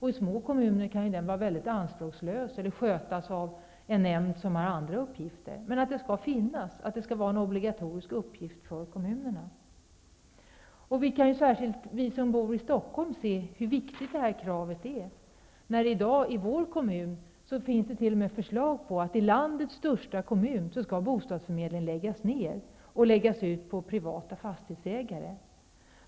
I små kommuner kan ju bostadsförmedlingen vara väldigt anspråkslös eller skötas av en nämnd som har andra uppgifter. Men det skall vara obligatoriskt att det skall finnas en bostadsförmedling i varje kommun. Särskilt vi som bor i Stockholm vet hur viktigt kravet på en bostadsförmedling är. I dag föreslår man att bostadsförmedlingen i landets största kommun skall läggas ner och verksamheten skall tas över av privata fastighetsägare.